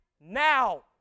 now